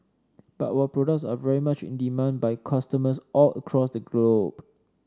but our products are very much in demand by customers all across the globe